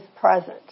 present